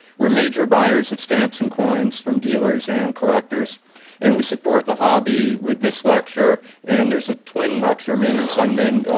we're major buyers of stamps and coins from dealers and collectors and we support the hobby with this lecture and there's a twin lecture, maynard sundman,